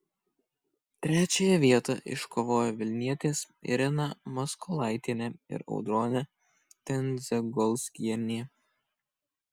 trečiąją vietą iškovojo vilnietės irena maskolaitienė ir audronė tendzegolskienė